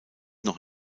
noch